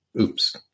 Oops